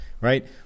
right